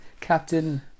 Captain